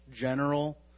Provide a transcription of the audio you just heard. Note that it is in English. general